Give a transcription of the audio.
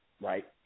Right